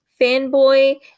fanboy